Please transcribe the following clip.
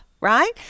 right